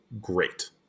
great